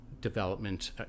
development